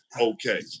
okay